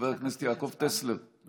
חבר הכנסת עמית הלוי,